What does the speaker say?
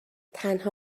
تنها